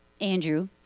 Andrew